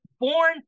born